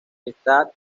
está